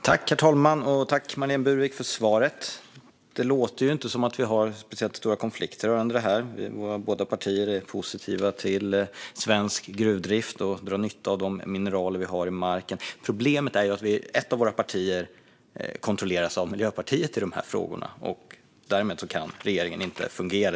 Herr talman! Tack, Marlene Burwick, för svaret! Det låter inte som att vi har speciellt stora konflikter här. Båda våra partier är positiva till svensk gruvdrift och till att dra nytta av de mineral som vi har i marken. Problemet är att ett av våra partier kontrolleras av Miljöpartiet i dessa frågor, och därmed kan regeringen inte fungera.